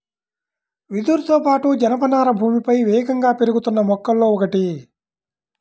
వెదురుతో పాటు, జనపనార భూమిపై వేగంగా పెరుగుతున్న మొక్కలలో ఒకటి